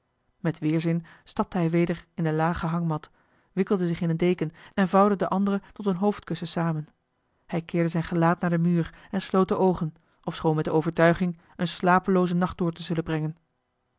met weerzin stapte hij weder in de lage hangmat wikkelde zich in eene deken en vouwde de andere tot een hoofdkussen samen hij keerde zijn gelaat naar den muur en sloot de oogen ofschoon met de overtuiging een slapeloozen nacht door te zullen brengen